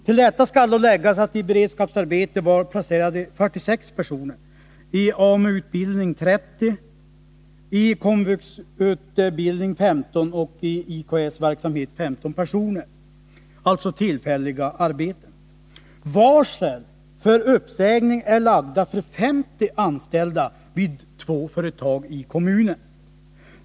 Till detta skall läggas att det fanns i beredskapsarbete 46 personer, i AMU utbildning 30, i KOMVUX-utbildning 15 och i IKS-verksamhet 15 — alltså tillfälliga arbeten. Varsel om uppsägning är utfärdade för 50 anställda vid två företag i kommunen.